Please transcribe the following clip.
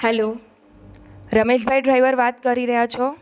હાલો Ramesh bhai driver વાત કરી રહ્યા છો